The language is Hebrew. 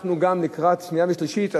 אנחנו גם לקראת קריאה שנייה ושלישית,